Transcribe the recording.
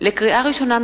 לקריאה ראשונה,